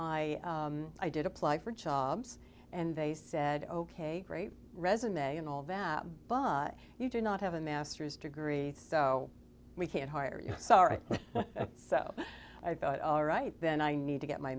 i i did apply for jobs and they said ok great resume and all vavle but you do not have a master's degree so we can't hire you sorry so i thought all right then i need to get my